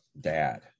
dad